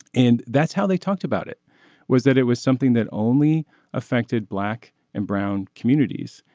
and that's how they talked about it was that it was something that only affected black and brown communities.